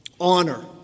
Honor